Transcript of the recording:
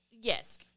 yes